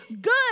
Good